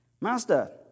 Master